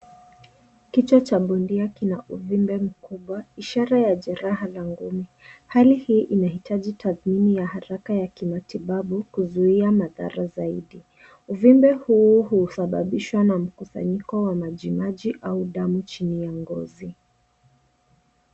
Kichwa cha bondia kina uvimbe mkubwa ishara ya jeraha la ngumi. Hali hii inahitaji tathmini ya haraka ya kimatibabu kuzuia madhara zaidi. Uvimbe huu husababishwa na mkusanyiko wa maji maji au damu chini ya ngozi.